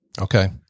Okay